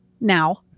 now